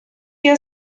your